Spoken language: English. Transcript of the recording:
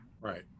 Right